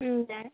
हजुर